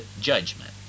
judgment